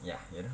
ya you know